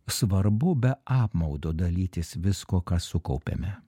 svarbu be apmaudo dalytis viskuo ką sukaupėme